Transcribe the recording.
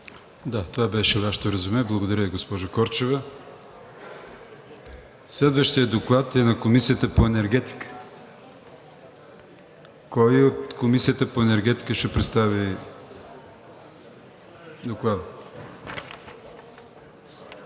Това беше Вашето резюме. Благодаря Ви, госпожо Корчева. Следващият доклад е на Комисията по енергетика. Кой от Комисията по енергетика ще представи Доклада?